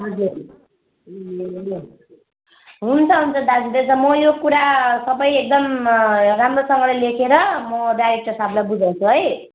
हजुर हुन्छ हुन्छ दाजु त्यही त म यो कुरा सबै एकदम राम्रोसँगले लेखेर म डाइरेक्टर सहाबलाई बुझाउँछु है